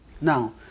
Now